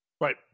right